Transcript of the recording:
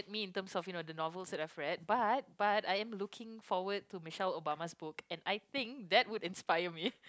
me in terms of you know the novels I have read but but I am looking forward to Michelle-Obama's book and I think that would inspire me